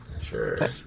Sure